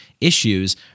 issues